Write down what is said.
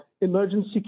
emergency